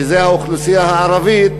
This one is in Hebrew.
שזו האוכלוסייה הערבית,